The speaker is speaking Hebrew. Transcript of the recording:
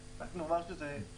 רק נאמר שמדובר על שטיבל,